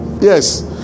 yes